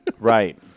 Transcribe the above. Right